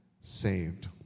saved